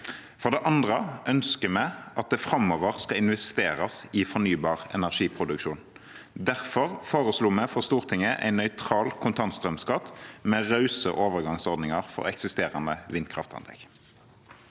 For det andre ønsker vi at det framover skal investeres i fornybar energiproduksjon. Derfor foreslo vi for Stortinget en nøytral kontantstrømskatt med rause overgangsordninger for eksisterende vindkraftanlegg.